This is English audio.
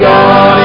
God